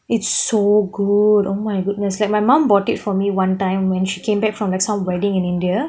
it's so good oh my goodness like my mum bought it for me one time when she came back from like some wedding in india